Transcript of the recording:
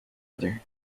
other